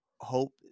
hope